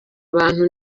abantu